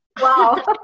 wow